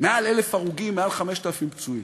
מעל 1,000 הרוגים, מעל 5,000 פצועים,